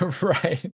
right